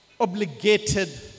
Obligated